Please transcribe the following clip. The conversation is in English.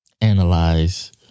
analyze